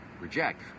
reject